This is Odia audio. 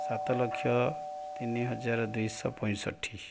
ସାତ ଲକ୍ଷ ତିନିହଜାର ଦୁଇଶହ ପଞ୍ଚଷଠି